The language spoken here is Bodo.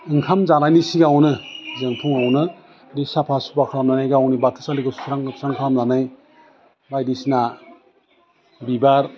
ओंखाम जानायनि सिगाङावनो जों फुङावनो जि साफा सुफा खालामनानै गावनि बाथौ सालिखौ सुस्रां लोबस्रां खालामनानै बायदिसिना बिबार